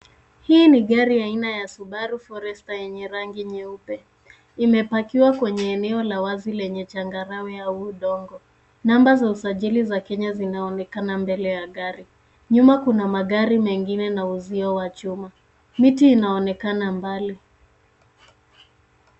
Hii ni gari aina ya Subaru Forester enye rangi nyeupe. Imepakiwa kwenye eneo la wazi lenye changarawe au udongo. Namba za usajili za Kenya zinaonekana mbele ya gari. Nyuma kuna magari mengine na uzio wa chuma. Miti inaonekana mbali.